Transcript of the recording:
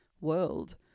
world